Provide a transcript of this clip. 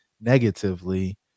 negatively